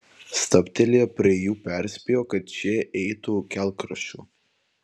stabtelėję prie jų perspėjo kad šie eitų kelkraščiu